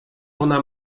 ona